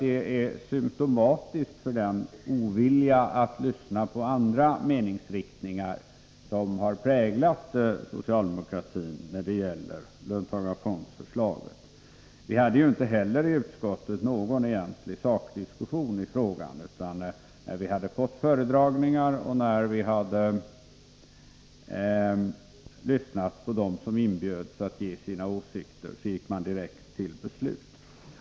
Det är symtomatiskt för den ovilja att lyssna på andra meningsriktningar som har präglat socialdemokratin när det gäller löntagarfondsförslaget. Vi hade i utskottet inte heller någon egentlig sakdiskussion i frågan. När vi hade fått föredragningar och lyssnat på dem som inbjudits att ge sina åsikter, gick vi direkt till beslut.